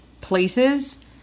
places